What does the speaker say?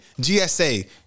GSA